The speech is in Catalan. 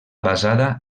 basada